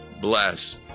bless